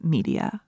Media